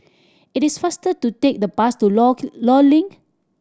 it is faster to take the bus to Law Law Link